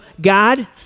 God